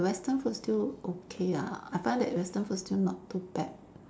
the Western food still okay ah I find that Western food still not too bad